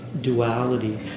duality